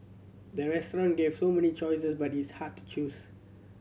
the restaurant gave so many choices but is hard to choose